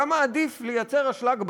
כמה עדיף לייצר אשלג בארץ,